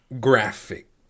graphic